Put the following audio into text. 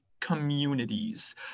communities